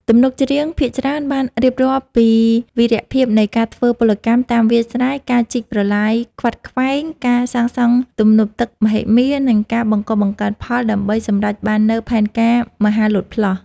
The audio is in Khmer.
ទំនុកច្រៀងភាគច្រើនបានរៀបរាប់ពីវីរភាពនៃការធ្វើពលកម្មតាមវាលស្រែ ការជីកប្រឡាយខ្វាត់ខ្វែង ការសាងសង់ទំនប់ទឹកមហិមា និងការបង្កបង្កើនផលដើម្បីសម្រេចបាននូវផែនការមហាលោតផ្លោះ។